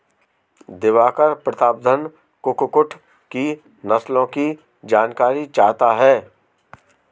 दिवाकर प्रतापधन कुक्कुट की नस्लों की जानकारी चाहता है